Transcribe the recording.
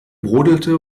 brodelte